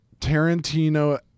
tarantino